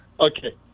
Okay